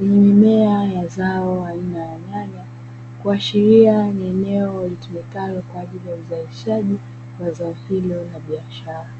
yenye mimea ya zao aina ya nyanya kuashiria ni eneo litumikalo kwa ajili ya uzalishaji wa zao hilo la biashara.